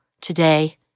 today